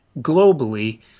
globally